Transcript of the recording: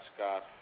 Scott